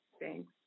Thanks